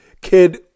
kid